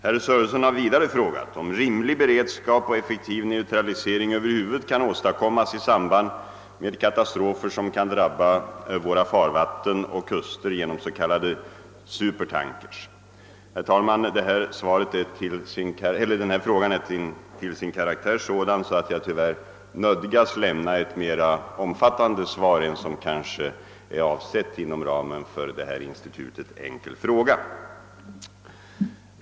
Herr Sörenson har vidare frågat om rimlig beredskap och effektiv neutralisering över huvud kan åstadkommas i samband med katastrofer som kan drabba våra farvatten och kuster genom s.k. supertankers. Herr talman! Denna fråga är till sin karaktär sådan att jag tyvärr nödgas lämna ett mera omfattande svar än vad som kanske är avsett inom ramen för institutet enkel fråga.